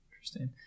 Interesting